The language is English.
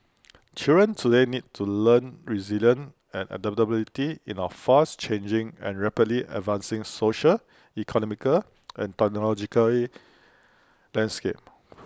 children today need to learn resilience and adaptability in our fast changing and rapidly advancing social economical and technologically landscape